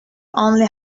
only